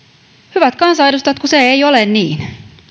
hyvät kansanedustajat kun se ei ole niin